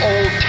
Old